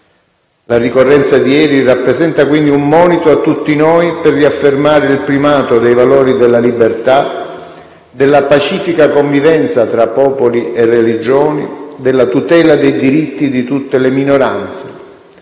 La ricorrenza di ieri rappresenta quindi un monito a tutti noi per riaffermare il primato dei valori della libertà, della pacifica convivenza tra popoli e religioni, della tutela dei diritti di tutte le minoranze,